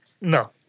No